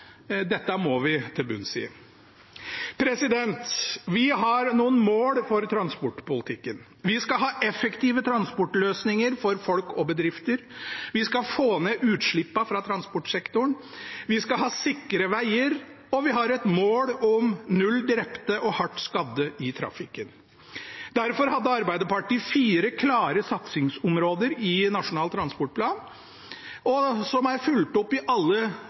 Dette må vi til bunns i. Vi har noen mål for transportpolitikken. Vi skal ha effektive transportløsninger for folk og bedrifter. Vi skal få ned utslippene fra transportsektoren. Vi skal ha sikre veger. Og vi har et mål om null drepte og hardt skadde i trafikken. Derfor hadde Arbeiderpartiet fire klare satsingsområder i Nasjonal transportplan, som er fulgt opp i alle